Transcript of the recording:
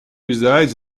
resides